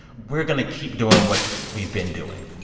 we're going to keep doing what we've been doing.